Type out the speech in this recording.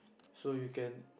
so you can